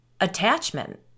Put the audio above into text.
Attachment